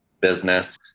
business